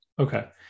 Okay